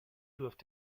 doivent